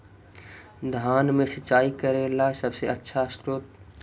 धान मे सिंचाई करे ला सबसे आछा स्त्रोत्र?